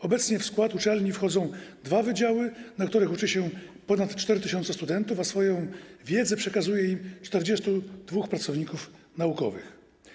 Obecnie w skład uczelni wchodzą dwa wydziały, na których uczy się ponad 4 tys. studentów, a swoją wiedzę przekazuje im 42 pracowników naukowych.